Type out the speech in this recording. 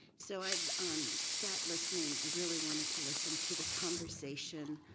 so i've um sat listening. i really wanted to listen to the conversation,